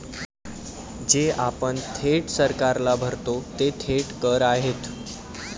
जे आपण थेट सरकारला भरतो ते थेट कर आहेत